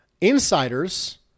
Insiders